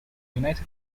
united